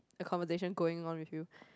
the conversation going on with you